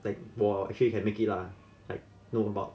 that 我 actually can make it lah like know a lot